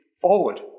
forward